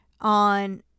on